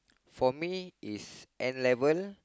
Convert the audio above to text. for me is N-level